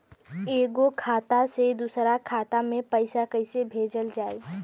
एगो खाता से दूसरा खाता मे पैसा कइसे भेजल जाई?